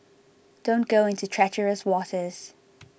don't go into treacherous waters